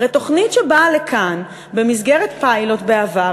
הרי תוכנית שבאה לכאן במסגרת פיילוט בעבר,